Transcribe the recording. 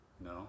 No